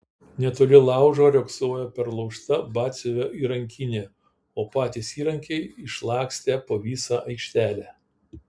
netoli laužo riogsojo perlaužta batsiuvio įrankinė o patys įrankiai išlakstę po visą aikštelę